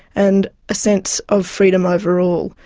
and a sense of freedom overall.